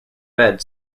bed